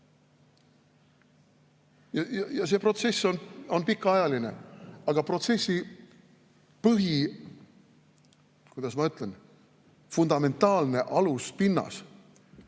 nimel? See protsess on pikaajaline, aga protsessi põhi, kuidas ma ütlen, fundamentaalne aluspind